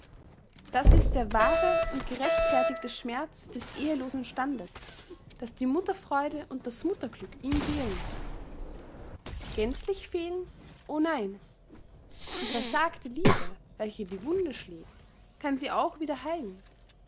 das ist der wahre und gerechtfertigte schmerz des ehelosen standes daß die mutterfreude und das mutterglück ihm fehlen gänzlich fehlen o nein die versagte liebe welche die wunde schlägt kann sie auch wieder heilen